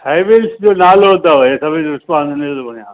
हेविल्स जो नालो अथव हे सभु हिनजो रिसपॉंस सभिनि खां बढ़िया